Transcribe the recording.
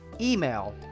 email